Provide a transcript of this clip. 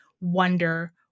wonder